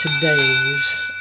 today's